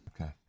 Okay